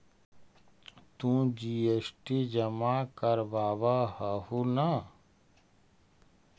तु जी.एस.टी जमा करवाब हहु न?